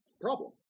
problem